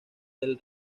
del